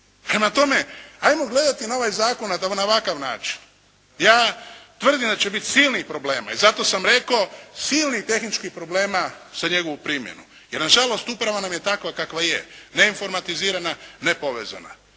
Prema tome, 'ajmo gledati na ovaj zakon na ovakav način. Ja tvrdim da će biti silnih problema i zato sam rekao silnih tehničkih problema za njegovu primjenu, jer nažalost uprava nam je takva kakva je. Neinformatizirana, nepovezana.